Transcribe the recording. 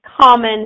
common